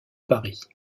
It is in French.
paris